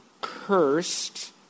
cursed